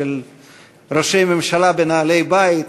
"ראשי ממשלה בנעלי בית",